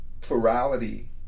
plurality